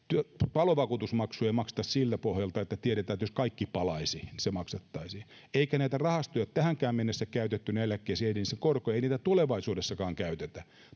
palovakuutusmaksuja ei makseta siltä pohjalta että tiedetään että jos kaikki palaisi se maksettaisiin eikä näitä rahastoja ole tähänkään mennessä käytetty eläkkeisiin eikä edes korkoja eikä niitä tulevaisuudessakaan käytetä